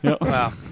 Wow